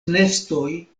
nestoj